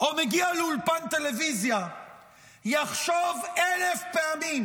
או מגיע לאולפן טלוויזיה יחשוב אלף פעמים